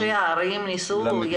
ראשי הערים ניסו?